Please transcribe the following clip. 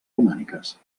romàniques